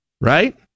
right